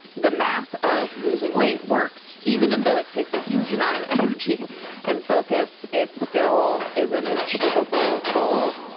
the math of losing weight works. even and though it takes a huge amount of energy and focus, it still is an achievable goal